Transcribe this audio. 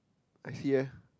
I see eh